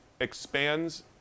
expands